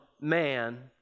man